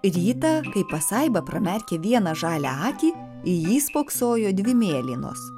rytą kai pasaiba pramerkė vieną žalią akį į jį spoksojo dvi mėlynos